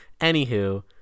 Anywho